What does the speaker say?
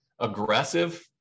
aggressive